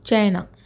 China